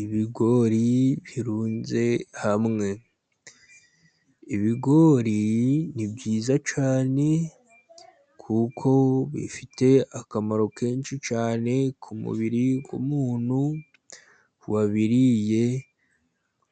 Ibigori birunze hamwe, ibigori ni byiza cyane, kuko bifite akamaro kenshi cyane ku mubiri w'umuntu wabiriye,